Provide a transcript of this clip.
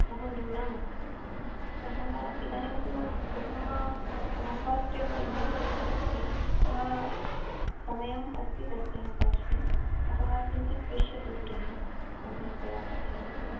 बहुन्यूनम् अस्ति अतः इदानीं तु प्रथमा नाम फ़र्स्ट् एव युनिट् टेस्ट् अस्ति अतः समयः अस्ति तस्याः पार्श्वे अतः किञ्चिद् पश्यतु गृहे सम्यक्तया पठेत् इति